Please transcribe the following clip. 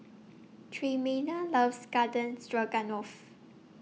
Tremayne loves Garden Stroganoff